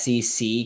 SEC